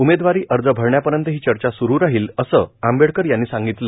उमेदवारी अर्ज भरण्यापर्यंत ही चर्चा स्वुरू राहील असं आंबेडकर यांनी सांगितलं